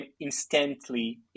instantly